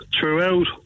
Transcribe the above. throughout